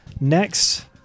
Next